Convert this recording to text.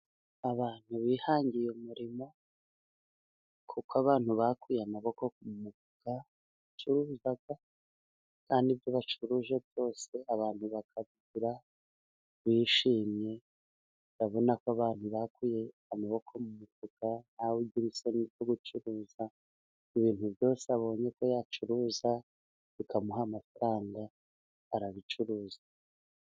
Abantu bihangiye umurimo kuko abantu bakuye amaboko mu mufuka, baracuruza kandi ibyo bacuruje byose abantu bakabigura bishimye, urabona ko abantu bakuye amaboko mu mufuka, nta we ugira isoni zo gucuruza ibintu byose abonye ko yacururuza bikamuha amafaranga arabicuruza.